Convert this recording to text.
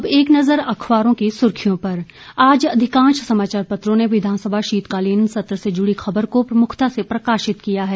अब एक नजर अखबारों की सुर्खियों पर आज अधिकांश समाचार पत्रों ने विधानसभा शीतकालीन सत्र से जुड़ी खबर को प्रमुखता से प्रकाशित किया है